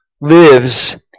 lives